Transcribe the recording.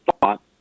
thought